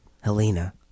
Helena